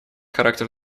характер